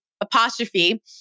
apostrophe